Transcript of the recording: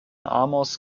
amos